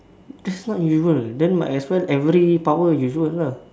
that's not usual then might as well every power usual lah